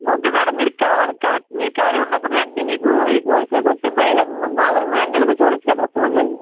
okay madam మీరు కావాలి ఖా మీరు ఖాళీ ఉన్నప్పుడు రండి మీకు ఇక్కడికి వస్తే భై మాములుగా మాన్యువల్గా చూడచ్చు కదా ఫోన్లన్నీ